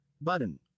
button